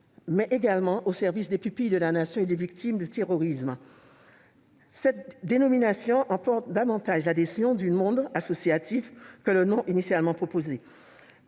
mais également des pupilles de la Nation et des victimes du terrorisme. Cette dénomination emporte davantage l'adhésion du monde associatif que le nom qui était initialement proposé.